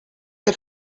que